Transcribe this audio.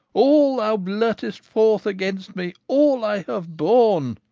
all thou blurtest forth against me, all i have borne,